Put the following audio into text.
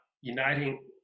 uniting